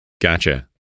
gotcha